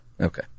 Okay